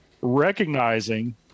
recognizing